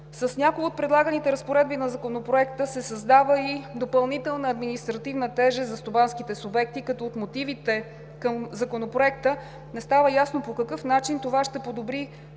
С някои от предлаганите разпоредби на Законопроекта се създава и допълнителна административна тежест за стопанските субекти, като от мотивите към Законопроекта не става ясно по какъв начин това ще подобри